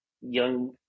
young